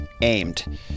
aimed